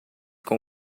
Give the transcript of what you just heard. com